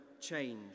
change